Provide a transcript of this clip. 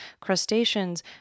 Crustaceans